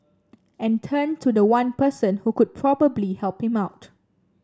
and turned to the one person who could probably help him out